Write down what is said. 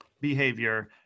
behavior